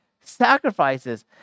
sacrifices